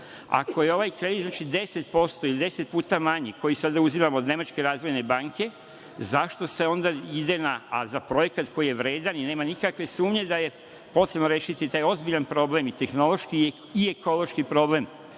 ako je ovaj kredit 10% ili 10 puta manji koji sada uzimamo od Nemačke razvojne banke, a za projekat koji je vredan i nema nikakve sumnje da je potrebno rešiti taj ozbiljan problem i tehnološki i ekološki problem